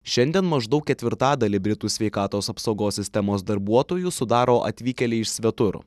šiandien maždaug ketvirtadalį britų sveikatos apsaugos sistemos darbuotojų sudaro atvykėliai iš svetur